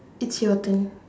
it's your turn